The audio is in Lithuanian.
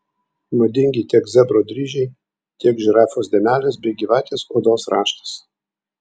madingi tiek zebro dryžiai tiek žirafos dėmelės bei gyvatės odos raštas